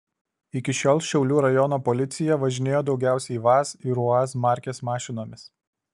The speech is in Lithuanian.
iki šiol šiaulių rajono policija važinėjo daugiausiai vaz ir uaz markės mašinomis